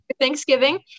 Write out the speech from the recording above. Thanksgiving